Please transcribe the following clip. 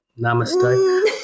Namaste